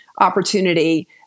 opportunity